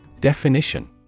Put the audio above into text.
Definition